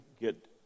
get